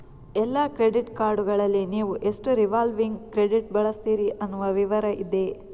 ಎಲ್ಲಾ ಕ್ರೆಡಿಟ್ ಕಾರ್ಡುಗಳಲ್ಲಿ ನೀವು ಎಷ್ಟು ರಿವಾಲ್ವಿಂಗ್ ಕ್ರೆಡಿಟ್ ಬಳಸ್ತೀರಿ ಅನ್ನುವ ವಿವರ ಇದೆ